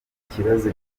kibazo